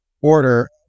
order